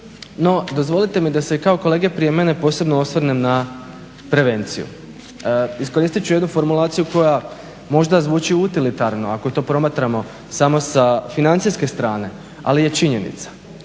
No, dozvolite mi da se i kao kolege prije mene posebno osvrnem na prevenciju. Iskoristit ću jednu formulaciju koja možda zvuči utilitirano ako to promatramo samo sa financijske strane, ali je činjenica